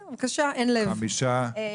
5. הצבעה לא אושר ההסתייגות נפלה.